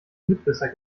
mitwisser